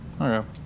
Okay